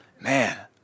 man